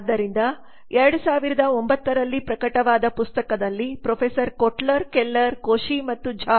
ಆದ್ದರಿಂದ 2009 ರಲ್ಲಿ ಪ್ರಕಟವಾದ ಪುಸ್ತಕದಲ್ಲಿ ಪ್ರೊಫೆಸರ್ ಕೋಟ್ಲರ್ ಕೆಲ್ಲರ್ ಕೋಶಿ ಮತ್ತು ಝಾ